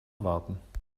erwarten